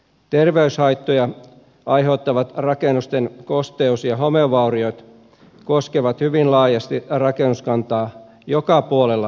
terveyshaittoja aiheuttavat rakennusten kosteus ja homevauriot koskevat hyvin laajasti rakennuskantaa joka puolella suomea